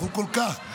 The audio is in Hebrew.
אנחנו כל כך,